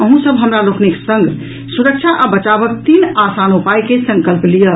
अहूँ सब हमरा लोकनिक संग सुरक्षा आ बचावक तीन आसान उपायके संकल्प लियऽ